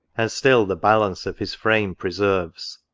and still the balance of his frame preserves,